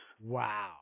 Wow